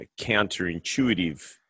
counterintuitive